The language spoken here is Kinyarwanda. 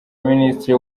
minisitiri